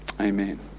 Amen